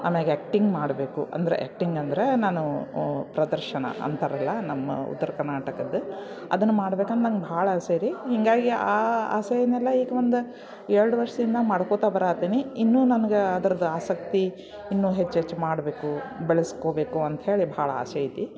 ಆಮ್ಯಾಲ್ ಆ್ಯಕ್ಟಿಂಗ್ ಮಾಡಬೇಕು ಅಂದ್ರೆ ಆ್ಯಕ್ಟಿಂಗ್ ಅಂದ್ರೆ ನಾನು ಪ್ರದರ್ಶನ ಅಂತಾರಲ್ಲ ನಮ್ಮ ಉತ್ತರ ಕರ್ನಾಟಕದ್ದು ಅದನ್ನು ಮಾಡ್ಬೇಕಂತ ನನ್ಗೆ ಭಾಳ ಆಸೆ ರೀ ಹೀಗಾಗಿ ಆ ಆಸೆಯನ್ನೆಲ್ಲ ಈಗ ಒಂದು ಎರಡು ವರ್ಷದಿಂದ ಮಾಡ್ಕೊತಾ ಬರತ್ತಿನಿ ಇನ್ನೂ ನನ್ಗೆ ಅದ್ರದ್ದು ಆಸಕ್ತಿ ಇನ್ನೂ ಹೆಚ್ಚು ಹೆಚ್ಚು ಮಾಡಬೇಕು ಬೆಳೆಸ್ಕೊಬೇಕು ಅಂತ್ಹೇಳಿ ಭಾಳ ಆಸೆ ಐತಿ